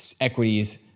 equities